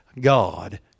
God